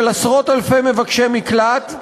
של עשרות אלפי מבקשי מקלט,